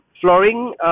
flooring